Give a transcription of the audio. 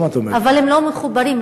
אבל הם לא מחוברים.